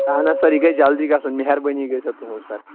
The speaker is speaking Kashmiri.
اَہَن حظ سَر یہِ گژھِ جلدٕے گژھُن مہربٲنی گٔژِھو تُہنٛز سَر